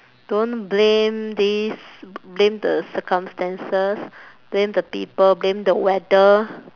don't blame this blame the circumstances blame the people blame the weather